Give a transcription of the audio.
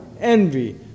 envy